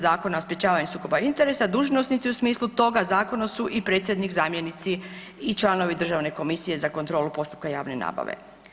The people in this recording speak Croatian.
Zakona o sprječavanju sukoba interesa dužnosnici u smislu toga zakona su i predsjednik, zamjenici i članovi Državne komisije za kontrolu postupka javne nabave.